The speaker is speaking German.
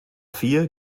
vier